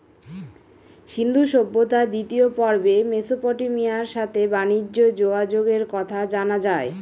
সিন্ধু সভ্যতার দ্বিতীয় পর্বে মেসোপটেমিয়ার সাথে বানিজ্যে যোগাযোগের কথা জানা যায়